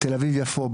תל אביב יפו,